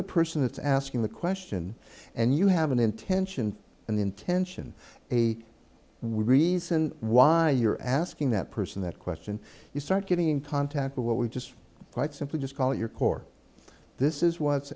the person that's asking the question and you have an intention and intention a reason why you're asking that person that question you start getting in contact with what we just quite simply just call your core this is w